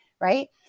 right